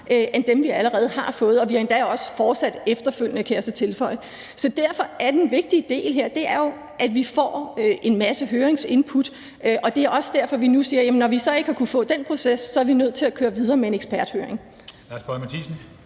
end dem, vi allerede har fået – og vi har endda også fortsat efterfølgende med at stille spørgsmål, kan jeg så tilføje. Så derfor er den vigtige del her jo, at vi får en masse høringsinput, og det er også derfor, at vi nu siger, at når vi så ikke har kunnet få den proces, så er vi nødt til at køre videre med en eksperthøring.